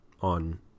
on